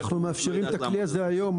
אנחנו מאפשרים את הכלי הזה היום.